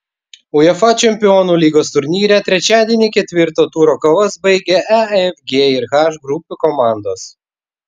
uefa čempionų lygos turnyre trečiadienį ketvirto turo kovas baigė e f g ir h grupių komandos